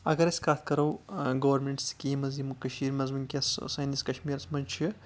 اَگر أسۍ کَتھ کَرو گورمینٹ سِکیٖمَز یِم کٔشیٖر منٛز ؤنکیٚس سٲنِس کشمیٖرَس منٛز چھِ